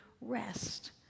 rest